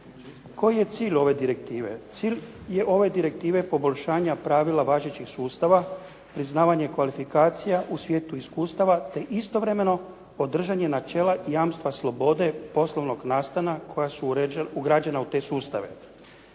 Koji je cilj ove direktive? Cilj je ove direktive poboljšanja pravila važećih sustava, priznavanje kvalifikacija u svijetu iskustava, te istovremeno održanje načela jamstva slobode poslovnog nastana koja su ugrađena u te sustave.